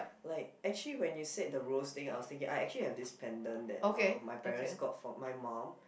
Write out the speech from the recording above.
like actually when you said the rose thing I was thinking I actually have this pendant that uh my parents got from my mum